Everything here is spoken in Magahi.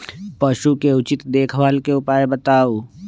पशु के उचित देखभाल के उपाय बताऊ?